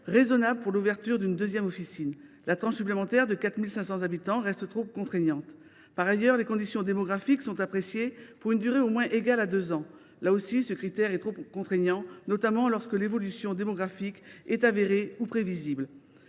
raisonnable pour l’ouverture d’une deuxième officine, car la tranche de 4 500 habitants reste trop contraignante. Par ailleurs, les conditions démographiques sont appréciées sur une durée au moins égale à deux ans. Là encore, ce critère est trop contraignant, notamment lorsque l’évolution démographique est avérée ou prévisible.